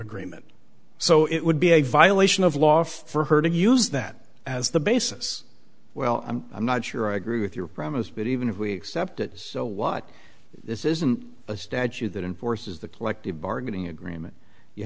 agreement so it would be a violation of law for her to use that as the basis well i'm not sure i agree with your premise but even if we accept it so what this isn't a statute that enforces the collective bargaining agreement you